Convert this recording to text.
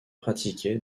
pratiquée